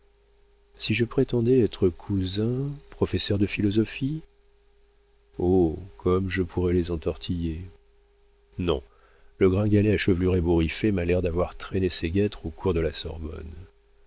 si je prétendais être cousin professeur de philosophie oh comme je pourrais les entortiller non le gringalet à chevelure ébouriffée m'a l'air d'avoir traîné ses guêtres aux cours de la sorbonne